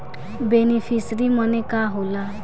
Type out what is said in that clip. Beneficiary मने का होला?